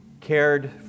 cared